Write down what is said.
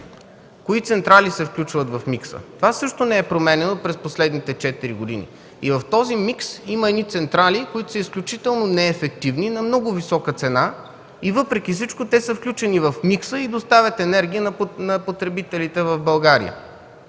Кои централи се включват в микса? Това също не е променено през последните четири години. И в този микс има едни централи, които са изключително неефективни, на много висока цена и въпреки всичко те са включени в микса и доставят енергия на потребителите в България.